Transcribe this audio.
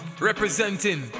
representing